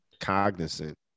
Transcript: cognizant